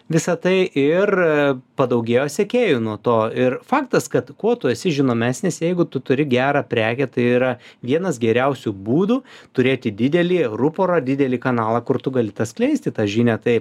visa tai ir padaugėjo sekėjų nuo to ir faktas kad kuo tu esi žinomesnis jeigu tu turi gerą prekę tai yra vienas geriausių būdų turėti didelį ruporą didelį kanalą kur tu gali skleisti tą žinią tai